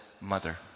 mother